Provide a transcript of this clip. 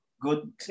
good